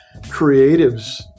creatives